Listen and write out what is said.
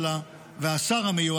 כל אלה שבערב ראש השנה יהיה להם ילד אחד